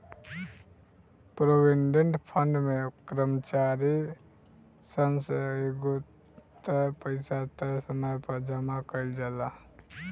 provident fund में कर्मचारी सन से एगो तय पइसा तय समय पर जामा कईल जाला